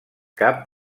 cap